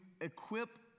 equip